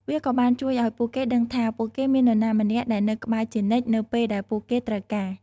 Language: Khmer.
វាក៏បានជួយឱ្យពួកគេដឹងថា ពួកគេមាននរណាម្នាក់ដែលនៅក្បែរជានិច្ចនៅពេលដែលពួកគេត្រូវការ។